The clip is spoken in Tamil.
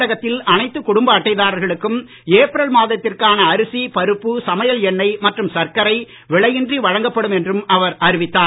தமிழகத்தில் அனைத்து குடும்ப அட்டை தாரர்களுக்கும் ஏப்ரல் மாதத்திற்கான அரிசி பருப்பு சமையல் எண்ணெய் மற்றும் சர்க்கரை விலையின்றி வழங்கப்படும் என்றும் அவர் அறிவித்தார்